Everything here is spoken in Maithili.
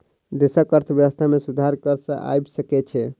देशक अर्थव्यवस्था में सुधार कर सॅ आइब सकै छै